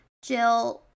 Jill